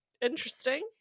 interesting